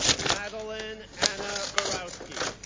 madeleine anna barowsky,